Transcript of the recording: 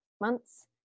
months